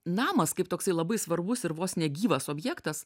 namas kaip toksai labai svarbus ir vos ne gyvas objektas